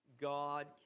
God